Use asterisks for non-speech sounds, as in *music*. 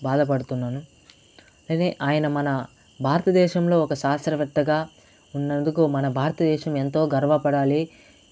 బాధపడుతున్నాను *unintelligible* ఆయన మన భారతదేశంలో ఒక శాస్త్రవేత్తగా ఉన్నందుకు మన భారతదేశం ఎంతో గర్వపడాలి